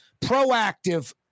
proactive